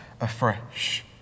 afresh